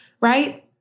right